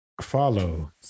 follow